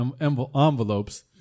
envelopes